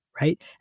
right